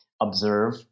observe